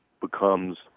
becomes